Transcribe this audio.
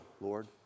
Lord